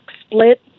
split